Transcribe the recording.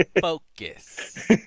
Focus